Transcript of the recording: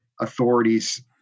authorities